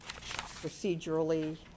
procedurally